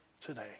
today